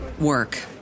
work